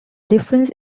difference